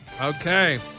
Okay